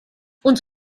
uns